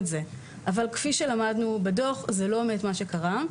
אבל כפי שלמדנו מהדוח, זה לא באמת מה שקרה.